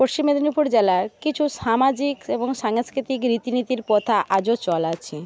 পশ্চিম মেদিনীপুর জেলার কিছু সামাজিক এবং সাংস্কৃতিক রীতিনীতির প্রথা আজও চল আছে